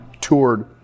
toured